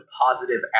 positive